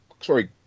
sorry